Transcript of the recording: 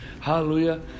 Hallelujah